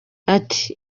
ati